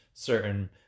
certain